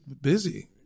busy